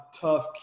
tough